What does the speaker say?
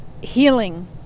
healing